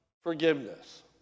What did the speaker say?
forgiveness